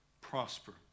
prosper